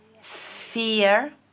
fear